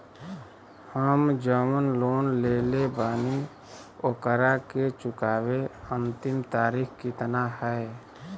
हम जवन लोन लेले बानी ओकरा के चुकावे अंतिम तारीख कितना हैं?